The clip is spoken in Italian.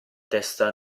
testa